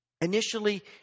Initially